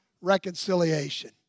reconciliation